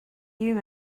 you